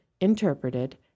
interpreted